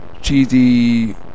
cheesy